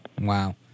Wow